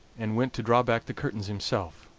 and went to draw back the curtains himself,